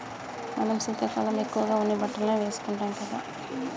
మనం శీతాకాలం ఎక్కువగా ఉన్ని బట్టలనే వేసుకుంటాం కదా